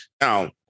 Now